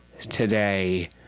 Today